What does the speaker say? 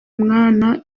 umwana